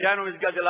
דהיינו מסגד אל-אקצא.